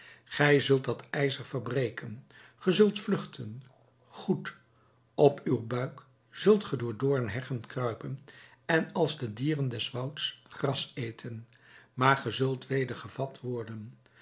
gij zult dat ijzer verbreken ge zult vluchten goed op uw buik zult ge door doornheggen kruipen en als de dieren des wouds gras eten maar ge zult weder gevat worden